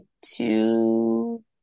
two